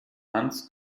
hans